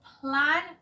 plan